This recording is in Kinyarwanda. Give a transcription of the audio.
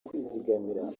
kwizigamira